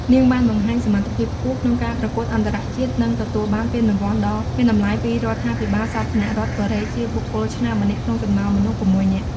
នាងបានបង្ហាញសមត្ថភាពខ្ពស់ក្នុងការប្រកួតអន្តរជាតិ និងទទួលបានពានរង្វាន់ដ៏មានតម្លៃពីរដ្ឋាភិបាលសាធារណរដ្ឋកូរ៉េ ជាបុគ្គលឆ្នើមម្នាក់ក្នុងចំណោមមនុស្ស ៦នាក់។